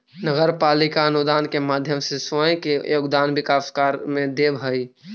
नगर पालिका अनुदान के माध्यम से स्वयं के योगदान विकास कार्य में देवऽ हई